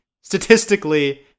statistically